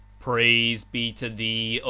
praise be to thee,